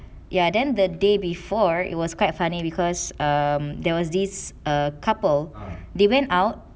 ya then the day before it was quite funny because um there was this err couple they went out